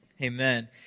Amen